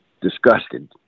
disgusted